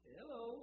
Hello